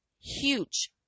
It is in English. huge